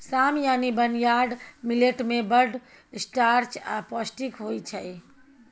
साम यानी barnyard millet मे बड़ स्टार्च आ पौष्टिक होइ छै